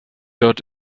dort